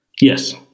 Yes